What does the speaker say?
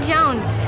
Jones